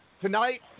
Tonight